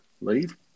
leave